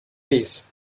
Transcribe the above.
ways